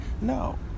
No